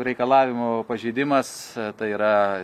reikalavimų pažeidimas tai yra